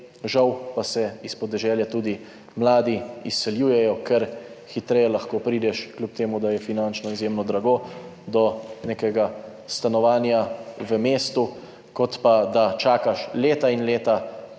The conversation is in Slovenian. žal pa se s podeželja tudi mladi izseljujejo, ker hitreje lahko prideš, kljub temu da je finančno izjemno drago, do nekega stanovanja v mestu, kot pa da čakaš leta in leta,